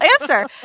answer